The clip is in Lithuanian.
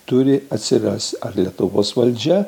turi atsiras ar lietuvos valdžia